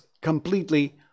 completely